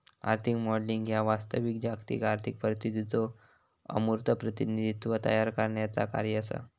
आर्थिक मॉडेलिंग ह्या वास्तविक जागतिक आर्थिक परिस्थितीचो अमूर्त प्रतिनिधित्व तयार करण्याचा कार्य असा